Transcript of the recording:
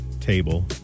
table